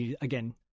again